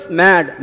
mad